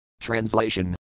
Translation